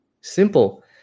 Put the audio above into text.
simple